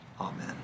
Amen